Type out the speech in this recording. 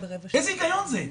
איזה הגיון זה?